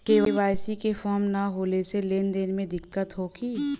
KYC के form न होले से लेन देन में दिक्कत होखी?